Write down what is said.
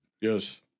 Yes